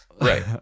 Right